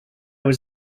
was